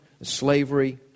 slavery